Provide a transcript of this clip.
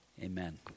Amen